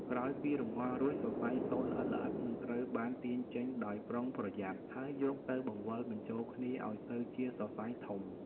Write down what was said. ក្រោយពីរំងាស់រួច សរសៃសូត្រល្អិតៗនឹងត្រូវបានទាញចេញដោយប្រុងប្រយ័ត្ន ហើយយកទៅបង្វិលបញ្ចូលគ្នាឲ្យទៅជាសរសៃធំ។